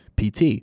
PT